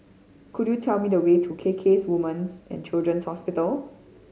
could you tell me the way to K K Women's And Children's Hospital